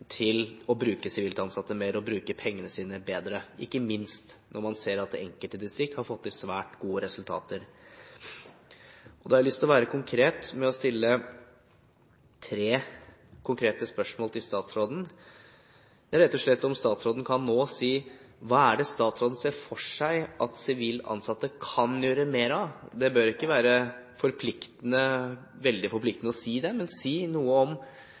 til å det bruke sivilt ansatte mer, og bruke pengene sine bedre – ikke minst når man ser at enkelte distrikter har fått til svært gode resultater. Jeg har lyst til å stille tre konkrete spørsmål til statsråden: Kan statsråden rett og slett nå si hva det er hun ser for seg at sivilt ansatte kan gjøre mer av? Det behøver ikke være veldig forpliktende å si det, men kan hun si noe om